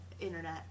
internet